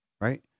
Right